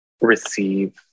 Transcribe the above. receive